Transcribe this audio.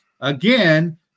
Again